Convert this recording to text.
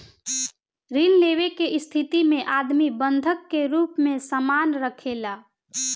ऋण लेवे के स्थिति में आदमी बंधक के रूप में सामान राखेला